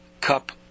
cup